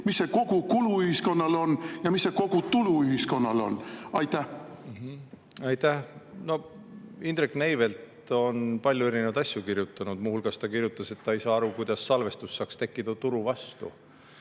mis see kogukulu ühiskonnale on ja mis see kogutulu ühiskonnale on? Aitäh! Indrek Neivelt on palju erinevaid asju kirjutanud. Muu hulgas ta kirjutas, et ta ei saa aru, kuidas salvestus saaks tekkida turu vastu.